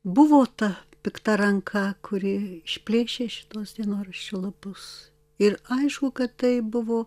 buvo ta pikta ranka kuri išplėšė šituos dienoraščių lapus ir aišku kad tai buvo